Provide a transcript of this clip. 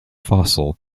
fossil